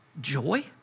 joy